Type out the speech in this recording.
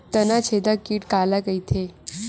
तनाछेदक कीट काला कइथे?